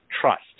trust